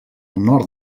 nord